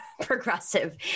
progressive